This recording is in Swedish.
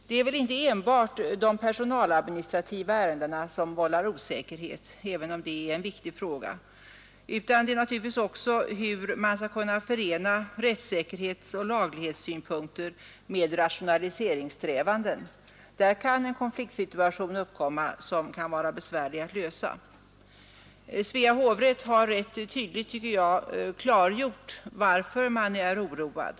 Det är väl inte enbart de personaladministrativa ärendena som vållar osäkerhet, även om det är en viktig fråga, utan det är naturligtvis också hur man skall kunna förena rättssäkerhetsoch laglighetssynpunkter med rationaliseringssträvanden. Där kan en konfliktsituation uppkomma som kan vara besvärlig att lösa. Svea hovrätt har rätt tydligt, tycker jag, klargjort varför man är oroad.